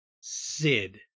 Sid